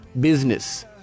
Business